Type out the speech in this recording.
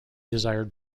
desired